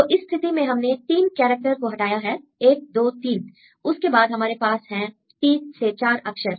तो इस स्थिति में हमने 3 कैरक्टर को हटाया है 1 2 3 उसके बाद हमारे पास हैं 3 से 4 अक्षर